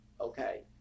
okay